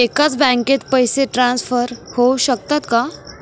एकाच बँकेत पैसे ट्रान्सफर होऊ शकतात का?